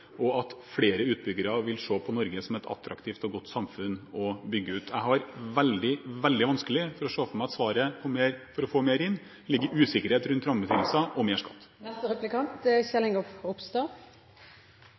og at flere utbyggere vil se på Norge som et attraktivt og godt samfunn å bygge ut. Jeg har veldig, veldig vanskelig for å se for meg at svaret for å få mer inn ligger i usikkerhet rundt rammebetingelser og mer skatt. Jeg er